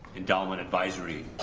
endowment advisory